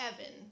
Evan